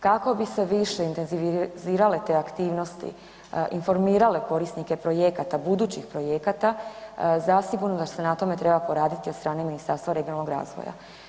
Kako bi se više intenzivirale te aktivnosti, informirale korisnike projekata, budućih projekata, zasigurno se na tome treba poraditi od strane Ministarstva regionalnog razvoja.